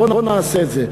בוא נעשה את זה.